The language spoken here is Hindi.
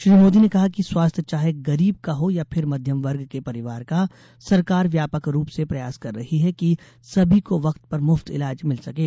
श्री मोदी ने कहा कि स्वास्थ्य चाहे गरीब का हो या फिर मध्यम वर्ग के परिवार का सरकार व्यापक रूप से प्रयास कर रही है कि सभी को वक्त पर मुफ्त इलाज मिल सकें